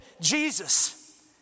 Jesus